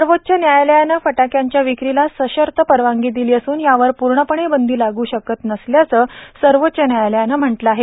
सर्वोच्च न्यायालयानं फटाक्यांच्या विक्रीला सशर्त परवानगी दिली असून यावर पूर्णपणे बंदी लागू करु शकत नसल्याचं सर्वोच्च न्यायालयानं म्हटलं आहे